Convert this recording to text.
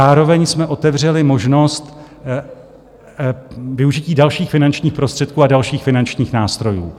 Zároveň jsme otevřeli možnost využití dalších finančních prostředků a dalších finančních nástrojů.